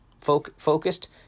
focused